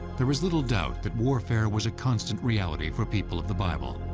there is little doubt that warfare was a constant reality for people of the bible.